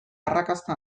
arrakasta